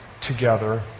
together